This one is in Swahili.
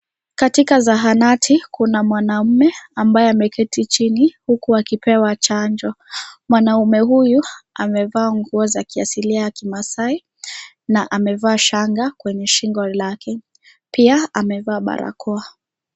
Katika zahanati kuna mwanamume ambaye ameketi chini na kupewa chanjo. Mwanaume huyu amevaa nguo za kiasilia za kimaasai na amevaa shanga kwenye shingo lake. Pia amevaa barakoa.